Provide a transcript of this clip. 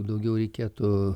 daugiau reikėtų